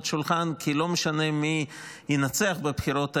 שולחן כי לא משנה מי ינצח בבחירות האלה,